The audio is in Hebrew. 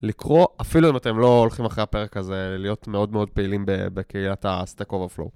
לקרוא, אפילו אם אתם לא הולכים, אחרי הפרק הזה, להיות מאוד מאוד פעילים בקהילת ה-StackOverflow.